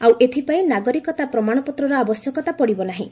ଆଉ ଏଥିପାଇଁ ନାଗରିକତା ପ୍ରମାଣପତ୍ରର ଆବଶ୍ୟକତା ପଡ଼ିବ ନାହିଁ